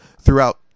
throughout